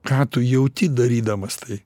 ką tu jauti darydamas tai